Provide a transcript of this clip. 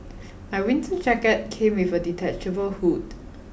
my winter jacket came with a detachable hood